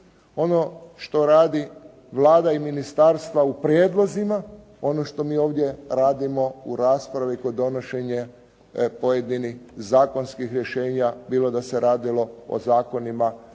ono što radi Vlada i ministarstva u prijedlozima, ono što mi ovdje radimo u raspravi kod donošenja pojedinih zakonskih rješenja, bilo da se radilo o zakonima,